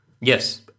Yes